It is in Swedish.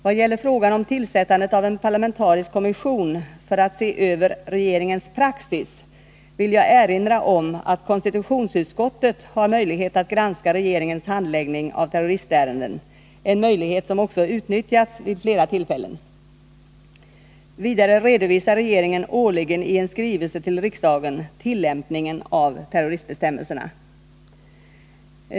Vad gäller frågan om tillsättandet av en parlamentarisk kommission för att se över regeringens praxis vill jag erinra om att konstitutionsutskottet har möjlighet att granska regeringens handläggning av terroristärenden, en möjlighet som också har utnyttjats vid flera tillfällen. Vidare redovisar regeringen årligen i en skrivelse till riksdagen tillämpningen av terroristbestämmelserna.